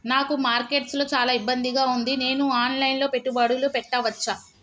నాకు మార్కెట్స్ లో చాలా ఇబ్బందిగా ఉంది, నేను ఆన్ లైన్ లో పెట్టుబడులు పెట్టవచ్చా?